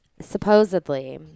Supposedly